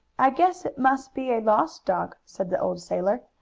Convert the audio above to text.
i guess it must be a lost dog, said the old sailor.